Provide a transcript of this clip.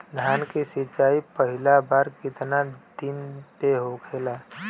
धान के सिचाई पहिला बार कितना दिन पे होखेला?